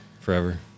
forever